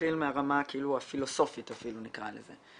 נתחיל מהרמה הפילוסופית אפילו נקרא לזה,